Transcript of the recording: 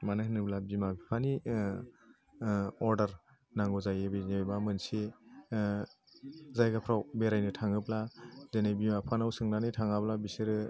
मानो होनोब्ला बिमा बिफानि अर्डार नांगौ जायो जेनेबा मोनसे जायगाफ्राव बेरायनो थाङोब्ला दिनै बिमा बिफानाव सोंनानै थाङाब्ला बिसोरो